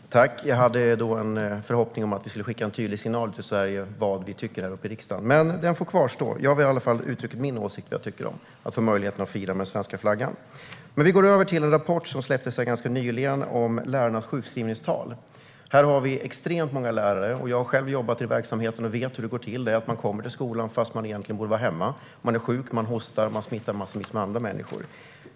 Herr talman! Jag hade en förhoppning om att vi skulle skicka en tydlig signal till Sverige om vad riksdagen tycker, men frågan kvarstår. Jag ville i alla fall få uttrycka min åsikt om vad jag tycker om möjligheten att få fira med svenska flaggan. Låt mig gå över till den rapport om lärarnas sjukskrivningstal som släpptes nyligen. Här har vi extremt många lärare. Jag har själv jobbat i verksamheten och vet hur det går till. Man går till skolan även om man är sjuk, smittar och borde vara hemma.